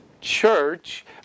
church